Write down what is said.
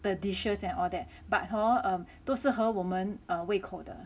the dishes and all that but hor err 都是合我们胃口的